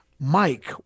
Mike